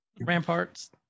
Ramparts